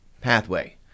pathway